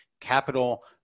Capital